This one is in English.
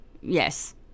yes